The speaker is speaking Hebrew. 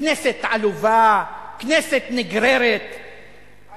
כנסת עלובה, כנסת נגררת.